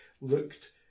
looked